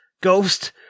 ghost